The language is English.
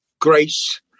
grace